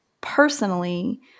personally –